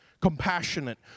Compassionate